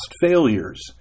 failures